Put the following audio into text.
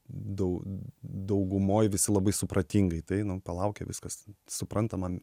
dau daugumoj visi labai supratingai tai nu palaukia viskas suprantama